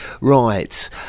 right